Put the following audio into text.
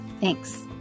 thanks